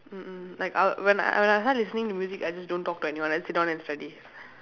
mm mm like I'll when I start listening to music I just don't talk to anyone I just sit down and study